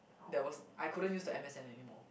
there was I couldn't use the m_s_n anymore